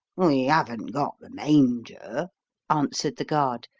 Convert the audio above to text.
we haven't got the manger answered the guard,